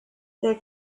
der